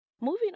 Moving